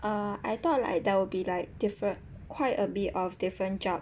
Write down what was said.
uh I thought like there will be like different quite a bit of different job